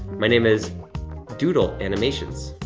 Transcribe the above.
my name is doodle animations,